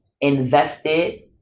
invested